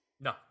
No